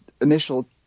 initial